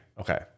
okay